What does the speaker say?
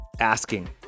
asking